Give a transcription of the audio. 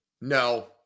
No